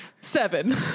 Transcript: Seven